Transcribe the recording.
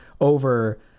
over